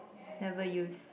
never use